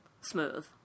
smooth